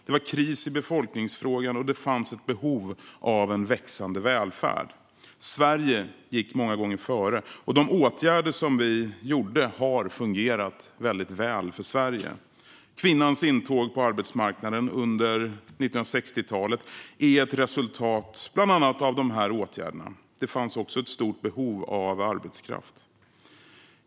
Det var kris i befolkningsfrågan, och det fanns ett behov av en växande välfärd. Sverige gick många gånger före, och de åtgärder vi vidtog har fungerat väldigt väl för Sverige. Kvinnans intåg på arbetsmarknaden under 1960-talet är ett resultat bland annat av de åtgärderna. Det fanns också ett stort behov av arbetskraft.